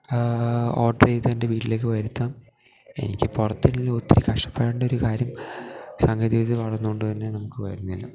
order ചെയ്ത് എന്റെ വീട്ടിലേക്ക് വര്ത്താം എനിക്ക് പൊറത്തെല്ലോം ഒത്തിരി കഷ്പ്പാടിന്റെ ഒരു കാര്യം സാങ്കേതികവിദ്യ വളര്ന്ന കൊണ്ട് തന്നെ നമ്മക്ക് വര്ന്നില്ല